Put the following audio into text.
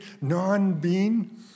non-being